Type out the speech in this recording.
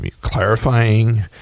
clarifying